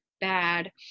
bad